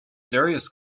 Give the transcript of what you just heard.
darius